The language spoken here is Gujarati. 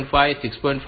5 6